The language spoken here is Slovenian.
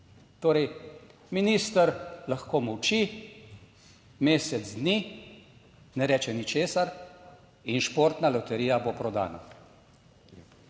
Torej, minister lahko molči mesec dni, ne reče ničesar in Športna loterija bo prodana.